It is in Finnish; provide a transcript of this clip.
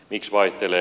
miksi vaihtelee